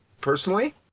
personally